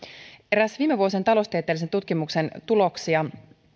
eräs viime vuosien taloustieteellisen tutkimuksen tuloksia